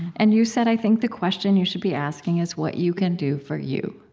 and you said, i think the question you should be asking is what you can do for you.